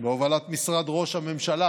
בהובלת משרד ראש הממשלה